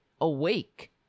awake